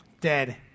dead